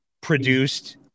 produced